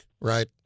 right